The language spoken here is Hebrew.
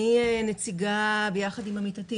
אני נציגה עם עמיתתי,